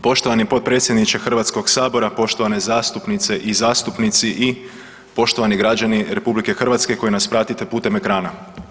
Poštovani potpredsjedniče Hrvatskog sabora, poštovane zastupnice i zastupnici i poštovani građani RH koji nas pratite putem ekrana.